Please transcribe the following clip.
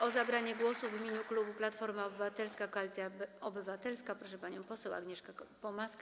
O zabranie głosu w imieniu klubu Platforma Obywatelska - Koalicja Obywatelska proszę panią poseł Agnieszkę Pomaską.